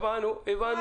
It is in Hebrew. שמענו, הבנו.